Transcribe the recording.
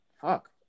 Fuck